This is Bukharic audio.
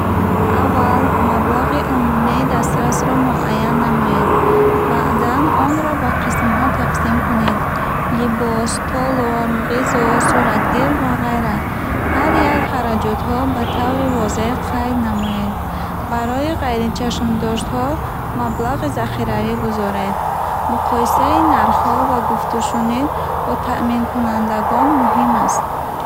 Аввал, маблағи умумии дастрасро муайян намоед. Баъдан, онро ба қисмҳо тақсим кунед: либос, толор, ғизо, суратгир ва ғайра. Ҳар як хараҷотро ба таври возеҳ қайд намоед. Барои ғайричашмдоштҳо маблағи захиравӣ гузоред. Муқоисаи нархҳо ва гуфтушунид бо таъминкунандагон муҳим аст.